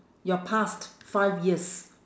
your past five years